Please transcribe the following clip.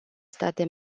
state